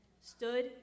stood